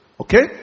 Okay